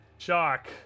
Shock